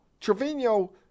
Trevino